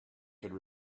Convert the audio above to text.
could